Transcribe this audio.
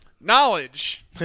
Knowledge